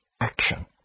action